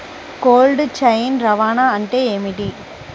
Cold chain రవాణా అంటే ఏమిటీ?